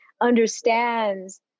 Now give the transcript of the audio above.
understands